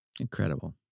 Incredible